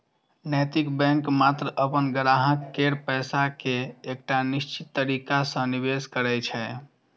नैतिक बैंक मात्र अपन ग्राहक केर पैसा कें एकटा निश्चित तरीका सं निवेश करै छै